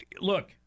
look